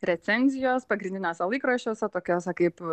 recenzijos pagrindiniuose laikraščiuose tokiuose kaip